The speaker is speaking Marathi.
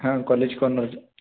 हां कॉलेज कॉर्नरचं